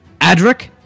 Adric